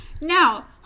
Now